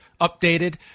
updated